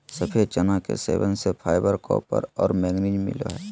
सफ़ेद चना के सेवन से फाइबर, कॉपर और मैंगनीज मिलो हइ